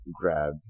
grab